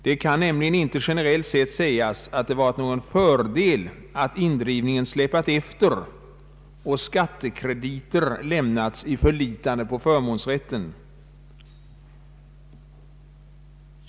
Det kan nämligen inte, generellt sett, sägas att det varit någon fördel att indrivningen släpat efter och ”skattekrediter” lämnats i förlitande på förmånsrätten.